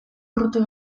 urruti